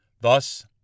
Thus